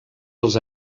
els